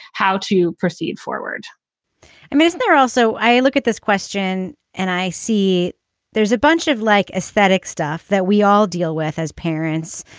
how to proceed forward i mean, is there also i look at this question and i see there's a bunch of, like, aesthetic stuff that we all deal with as parents.